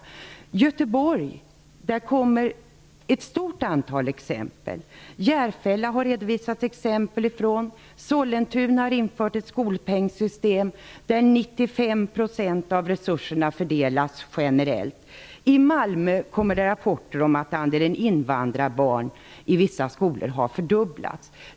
Från Göteborg kommer ett stort antal exempel. Även från Järfälla har exempel redovisats. Sollentuna har infört ett skolpengssystem, där 95 % av resurserna skall fördelas generellt. Från Malmö kommer rapporter om att andelen invandrarbarn i vissa skolor har fördubblats.